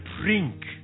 drink